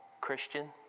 Christian